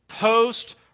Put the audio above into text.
Post